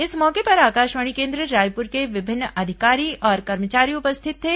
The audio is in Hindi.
इस मौके पर आकाशवाणी केन्द्र रायपुर के विभिन्न अधिकारी और कर्मचारी उपस्थित थे